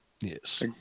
Yes